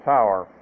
Tower